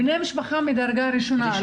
בני משפחה מדרגה ראשונה.